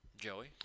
Joey